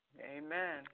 Amen